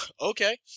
Okay